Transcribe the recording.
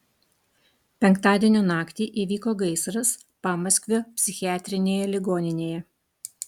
penktadienio naktį įvyko gaisras pamaskvio psichiatrinėje ligoninėje